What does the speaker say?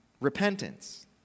repentance